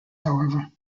however